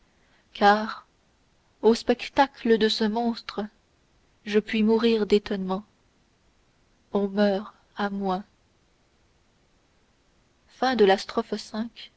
car au spectacle de ce monstre je puis mourir d'étonnement on meurt à moins